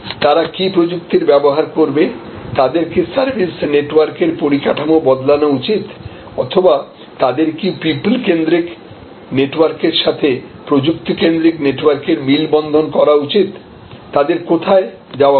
তারা কি প্রযুক্তির ব্যবহার করবে তাদের কি সার্ভিস নেটওয়ার্কের পরিকাঠামো বদলানো উচিত অথবা তাদের কি পিউপল কেন্দ্রিক নেটওয়ার্কের সাথে প্রযুক্তিকেন্দ্রিক নেটওয়ার্কের মিল বন্ধন করা উচিত তাদের কোথায় যাওয়া উচিত